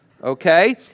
okay